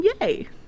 Yay